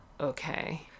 Okay